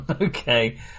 okay